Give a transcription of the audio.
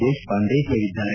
ದೇಶಪಾಂಡೆ ಹೇಳಿದ್ದಾರೆ